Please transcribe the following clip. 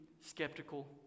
skeptical